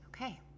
Okay